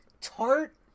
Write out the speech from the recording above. Tart